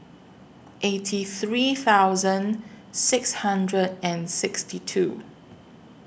eighty three thousand six hundred and sixty two